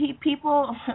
people